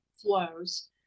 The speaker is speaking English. flows